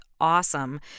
awesome